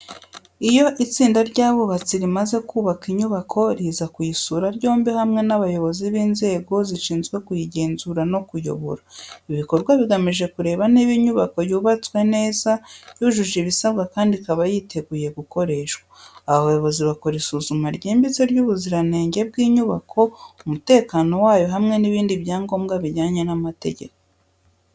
Iyo itsinda ry'abubatsi rimaze kubaka inyubako, riza kuyisura ryombi hamwe n’abayobozi b’inzego zishinzwe kuyigenzura no kuyobora. Ibi bikorwa bigamije kureba niba inyubako yubatswe neza, yujuje ibisabwa kandi ikaba yiteguye gukoreshwa. Aba bayobozi bakora isuzuma ryimbitse ry'ubuziranenge bw'inyubako, umutekano wayo, hamwe n’ibindi byangombwa bijyanye n’amategeko.